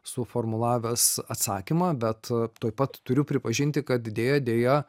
suformulavęs atsakymą bet tuoj pat turiu pripažinti kad deja deja